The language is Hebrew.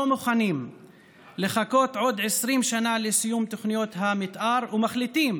מוכנים לחכות עוד 20 שנה לסיום תוכניות המתאר ומחליטים